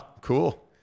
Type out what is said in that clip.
Cool